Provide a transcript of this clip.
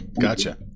Gotcha